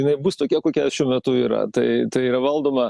jinai bus tokia kokia šiuo metu yra tai tai yra valdoma